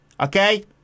okay